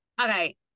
Okay